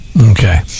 Okay